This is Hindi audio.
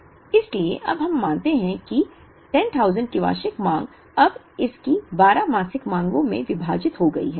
इसलिए अब हम मानते हैं कि 10000 की वार्षिक मांग अब इस की 12 मासिक मांगों में विभाजित हो गई है